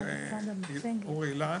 אורי אריאל,